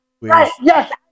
Yes